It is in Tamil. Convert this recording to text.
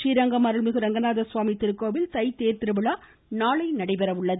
றீரங்கம் அருள்மிகு அரங்கநாத சுவாமி திருக்கோவில் தைத்தேர்த் திருவிழா நாளை நடைபெற உள்ளது